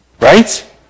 Right